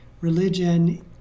religion